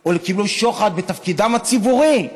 או קיבלו שוחד בתפקידם הציבורי.